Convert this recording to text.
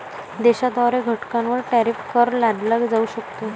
देशाद्वारे घटकांवर टॅरिफ कर लादला जाऊ शकतो